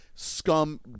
scum